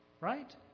right